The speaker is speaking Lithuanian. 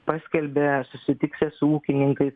paskelbė susitiksiąs su ūkininkai